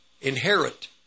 inherit